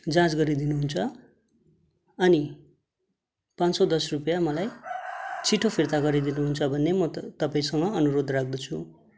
जाँच गरिदिनुहुन्छ अनि पाँच सौ दस रुपियाँ मलाई छिटो फिर्ता गरिदिनुहुन्छ भन्ने म त तपाईँसँग अनुरोध राख्दछु